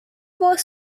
was